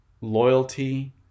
loyalty